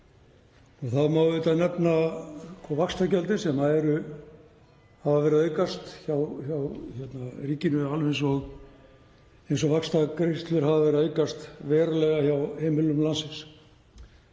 Þá má nefna vaxtagjöldin sem hafa verið að aukast hjá ríkinu alveg eins og vaxtagreiðslur hafa verið að aukast verulega hjá heimilum landsins.